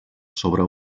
sobre